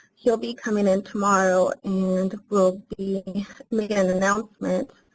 he'll be coming in tomorrow and will be making an announcement.